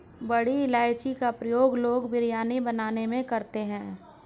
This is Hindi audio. बड़ी इलायची का प्रयोग लोग बिरयानी बनाने में करते हैं